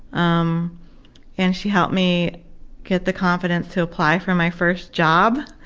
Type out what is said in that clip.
um and she helped me get the confidence to apply for my first job,